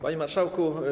Panie Marszałku!